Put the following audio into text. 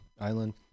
Island